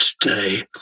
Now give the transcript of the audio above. today